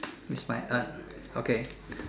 it's my okay